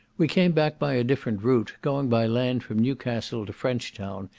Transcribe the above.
we came back by a different route, going by land from newcastle to french town,